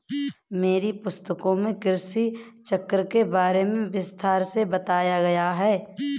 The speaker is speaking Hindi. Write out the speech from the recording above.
मेरी पुस्तकों में कृषि चक्र के बारे में विस्तार से बताया गया है